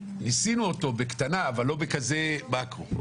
ניסינו אותו בקטנה אבל לא בכזה מאקרו.